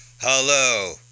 Hello